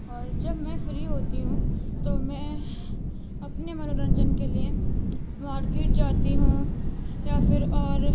اور جب میں فری ہوتی ہوں تو میں اپنے منورنجن کے لیے مارکیٹ جاتی ہوں یا پھر اور